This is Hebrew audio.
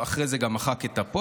ואחרי זה הוא גם מחק את הפוסט.